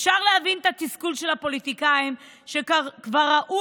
אפשר להבין את התסכול של פוליטיקאים שכבר ראו